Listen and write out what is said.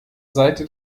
seite